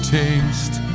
taste